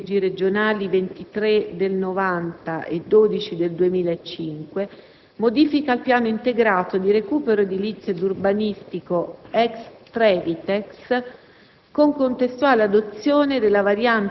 ha disposto di approvare, ai sensi delle leggi regionali n. 23 del 1990 e n. 12 del 2005, modifiche al piano integrato di recupero edilizio ed urbanistico «ex Trevitex»,